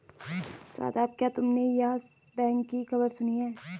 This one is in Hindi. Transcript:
शादाब, क्या तुमने यस बैंक की खबर सुनी है?